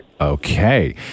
Okay